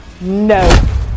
no